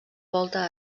volta